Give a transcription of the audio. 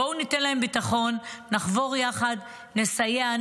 בואו ניתן להם ביטחון, נחבור יחד, נסייע.